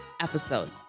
episode